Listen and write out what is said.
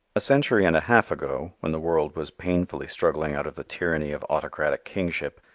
a century and a half ago when the world was painfully struggling out of the tyranny of autocratic kingship,